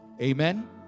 Amen